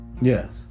Yes